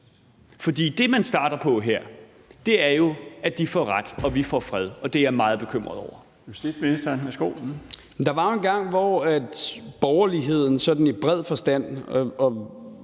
For det, man starter på her, er jo, at de får ret, og at vi får fred, og det er jeg meget bekymret over.